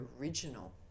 original